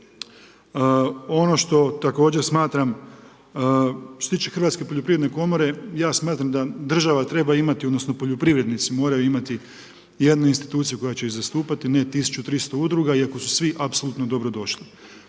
Ono što također smatram, što se tiče hrvatske poljoprivredne komore, ja smatram da država treba imati odnosno poljoprivrednici moraju imati jednu instituciju koja će ih zastupati, ne 1300 udruga, iako su svi apsolutno dobrodošli.